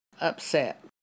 upset